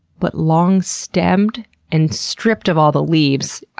but long-stemmed and stripped of all the leaves,